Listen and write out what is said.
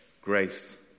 Grace